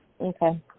Okay